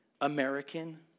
American